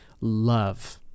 love